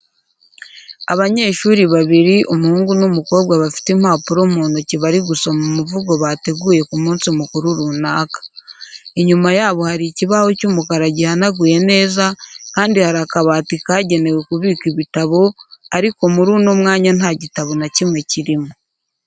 Abanyeshuri babiri umuhungu n'umukobwa bafite impapuro mu ntoki bari gusoma umuvugo bateguye ku munsi mukuru runaka. Inyuma yabo hari ikibaho cy'umukara gihanaguye neza kandi hari kabati kagenewe kubika ibitabo ariko muri uno mwanya nta gitabo na kimwe kirimo.